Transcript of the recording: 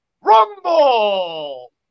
Rumble